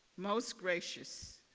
most gracious,